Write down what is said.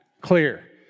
clear